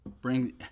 bring